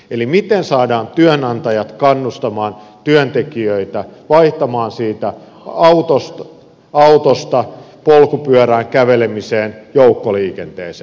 eli miten saadaan työnantajat kannustamaan työntekijöitä vaihtamaan siitä autosta polkupyörään kävelemiseen joukkoliikenteeseen